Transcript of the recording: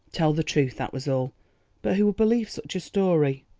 tell the truth, that was all but who would believe such a story?